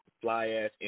fly-ass